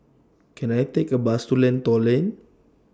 Can I Take A Bus to Lentor Lane